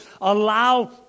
allow